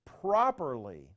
properly